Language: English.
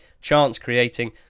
chance-creating